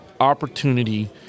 opportunity